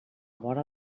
vora